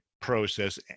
process